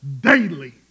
daily